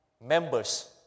members